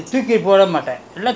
update